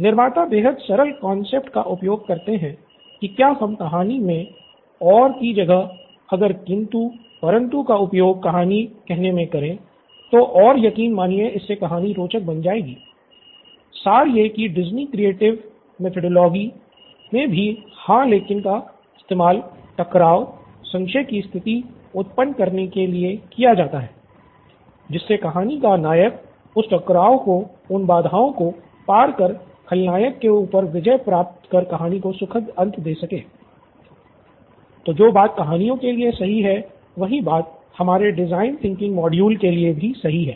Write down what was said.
निर्माता बेहद सरल कान्सैप्ट का उपयोग करते है की क्या हम कहानी मे और की जगह अगर किंतु परन्तु का उपयोग कहानी कहने मे करे तो और यकीन मानिए इससे कहानी रोचक बन जाती है सार ये की डिज़्नी क्रिएटिव मेथोड़ोलोगी मे भी हाँ लेकिन का इस्तेमाल टकराव संशय की स्थिति उत्पन्न करने के लिए किया जाता है जिससे कहानी का नायक उस टकराव को उन बाधाओ को पार कर खलनायक के ऊपर विजय प्राप्त कर कहानी को सुखद अंत दे सके तो जो बात कहानियो के लिए सही है वही बात हमारे डिज़ाइन थिंकिंग मोडुल के लिए भी सही है